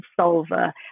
solver